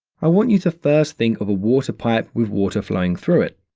i want you to first think of a water pipe with water flowing through it.